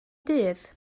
dydd